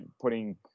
putting